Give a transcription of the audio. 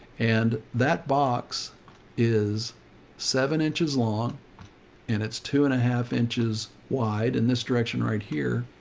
and that box is seven inches long and it's two and a half inches wide in this direction right here.